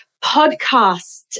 podcast